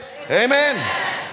Amen